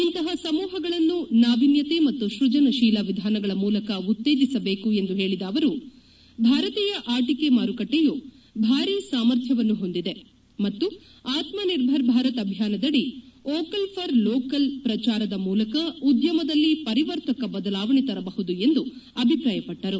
ಇಂತಹ ಸಮೂಹಗಳನ್ನು ನಾವಿನ್ನತೆ ಮತ್ತು ಸ್ಪಜನಶೀಲ ವಿಧಾನಗಳ ಮೂಲಕ ಉತ್ತೇಜಿಸಬೇಕು ಎಂದು ಹೇಳಿದ ಅವರು ಭಾರತೀಯ ಆಟಿಕೆ ಮಾರುಕಟ್ಟೆಯು ಭಾರಿ ಸಾಮರ್ಥ್ಯವನ್ನು ಪೊಂದಿದೆ ಮತ್ತು ಆತ್ನ ನಿರ್ಭರ್ ಭಾರತ್ ಅಭಿಯಾನದಡಿ ಓಕಲ್ ಫಾರ್ ಲೋಕಲ್ ಪ್ರಚಾರದ ಮೂಲಕ ಉದ್ದಮದಲ್ಲಿ ಪರಿವರ್ತಕ ಬದಲಾವಣೆ ತರಬಹುದು ಎಂದು ಅಭಿಪ್ರಾಯ ವಟ್ಟರು